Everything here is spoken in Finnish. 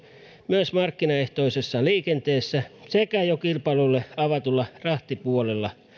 myös markkinaehtoisessa liikenteessä sekä jo kilpailulle avatulla rahtipuolella